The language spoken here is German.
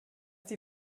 die